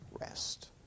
rest